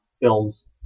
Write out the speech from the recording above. films